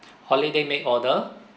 holiday make order